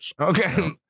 Okay